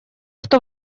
что